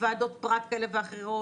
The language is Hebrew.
בוועדות פרט כאלה ואחרות,